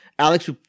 Alex